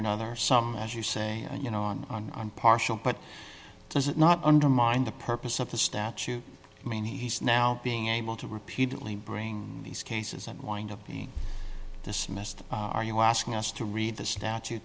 another some as you say you know on i'm partial but does it not undermine the purpose of the statute i mean he's now being able to repeatedly bring these cases and wind up being dismissed are you asking us to read the statu